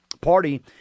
Party